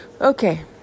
Okay